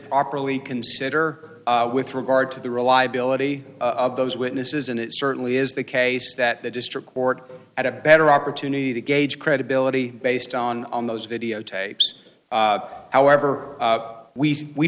properly consider with regard to the reliability of those witnesses and it certainly is the case that the district court at a better opportunity to gauge credibility based on those videotapes however we see we